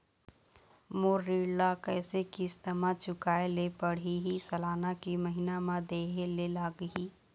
मोर ऋण ला कैसे किस्त म चुकाए ले पढ़िही, सालाना की महीना मा देहे ले लागही?